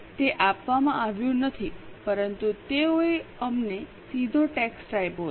તે આપવામાં આવ્યું નથી પરંતુ તેઓએ અમને સીધો ટેક્સ આપ્યો છે